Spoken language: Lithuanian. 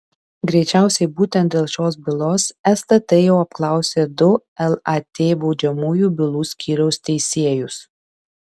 greičiausiai būtent dėl šios bylos stt jau apklausė du lat baudžiamųjų bylų skyriaus teisėjus